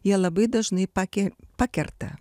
jie labai dažnai pake pakerta